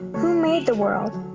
who made the world?